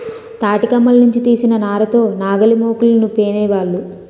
తాటికమ్మల నుంచి తీసిన నార తో నాగలిమోకులను పేనేవాళ్ళు